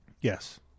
Yes